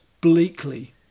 bleakly